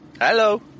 Hello